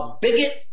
bigot